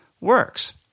works